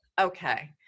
Okay